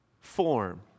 form